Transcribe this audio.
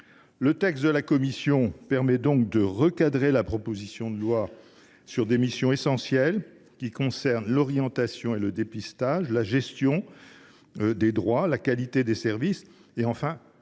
Le texte de la commission permet donc de recadrer la proposition de loi sur des missions essentielles, qui concernent l’orientation et le dépistage, la gestion des droits, la qualité des services et,